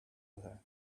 her